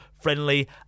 friendly